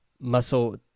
muscle